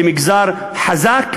למגזר חזק,